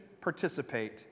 participate